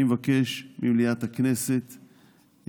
אני מבקש ממליאת הכנסת,